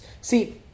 see